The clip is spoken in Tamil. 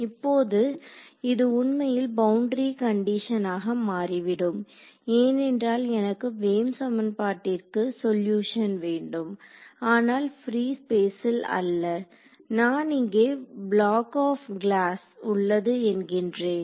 இப்போது இது உண்மையில் பவுண்டரி கண்டிஷன் ஆக மாறிவிடும் ஏனென்றால் எனக்கு வேவ் சமன்பாட்டிற்கு சொலுயூஷன் வேண்டும் ஆனால் பிரீ ஸ்பேஸ்ல் அல்ல நான் இங்கே பிளாக் ஆப் கிளாஸ் உள்ளது என்கின்றேன்